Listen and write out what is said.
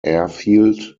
airfield